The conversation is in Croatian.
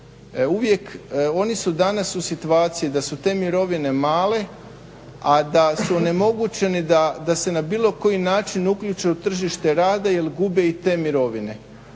oni su danas u situaciji da su te mirovine male, a da su onemogućeni da se na bilo koji način uključe u tržište rada jel gube i te mirovine.